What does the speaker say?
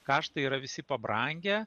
kaštai yra visi pabrangę